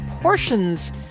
portions